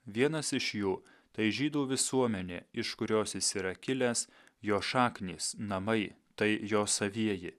vienas iš jų tai žydų visuomenė iš kurios jis yra kilęs jo šaknys namai tai jo savieji